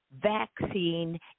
Vaccine